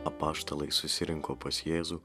apaštalai susirinko pas jėzų